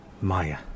Maya